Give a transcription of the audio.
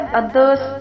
others